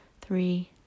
three